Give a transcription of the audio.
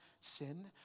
Sin